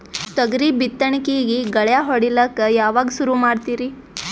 ತೊಗರಿ ಬಿತ್ತಣಿಕಿಗಿ ಗಳ್ಯಾ ಹೋಡಿಲಕ್ಕ ಯಾವಾಗ ಸುರು ಮಾಡತೀರಿ?